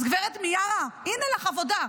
אז גב' מיארה, הינה לך עבודה.